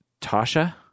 Tasha